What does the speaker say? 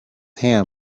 ham